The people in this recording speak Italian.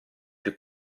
più